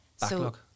backlog